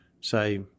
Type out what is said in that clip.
say